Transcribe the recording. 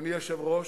אדוני היושב-ראש,